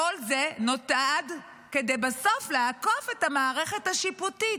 כל זה נועד כדי בסוף לעקוף את המערכת השיפוטית.